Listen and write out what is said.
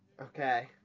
Okay